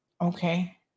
Okay